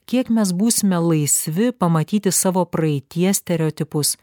kiek mes būsime laisvi pamatyti savo praeities stereotipus